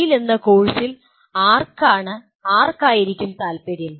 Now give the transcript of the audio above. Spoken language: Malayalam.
TALE എന്ന കോഴ്സിൽ ആർക്കാണ് ആർക്കായിരിക്കും താൽപ്പര്യം